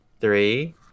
three